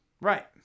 Right